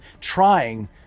trying